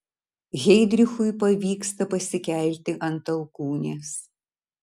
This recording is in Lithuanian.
heidrichui pavyksta pasikelti ant alkūnės